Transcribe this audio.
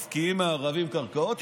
מפקיעים מערבים קרקעות?